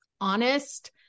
honest